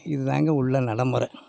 இதுதாங்க உள்ள நடை முறை